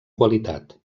qualitat